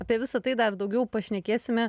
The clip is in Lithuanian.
apie visa tai dar daugiau pašnekėsime